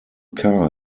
car